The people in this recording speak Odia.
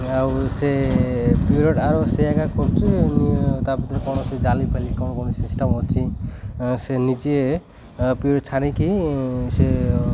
ଆଉ ସେ ପିୟୋର ଇଟ୍ ଆରୋ ସେ ଜାକ କରୁଛି ତା ଭିତରେ କଣ ସେ ଜାଲିଫାଲି କଣ କୌଣସି ସିଷ୍ଟମ୍ ଅଛି ସେ ନିଜେ ପିୟୋର ଇଟ୍ ଛାଣିକି ସେ